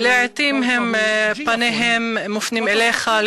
לעתים פניהם מופנים אליך,